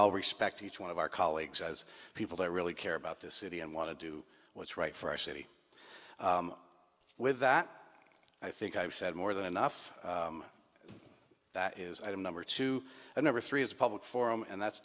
i'll respect each one of our colleagues as people that really care about this city and want to do what's right for our city with that i think i've said more than enough that is item number two and number three is a public forum and that's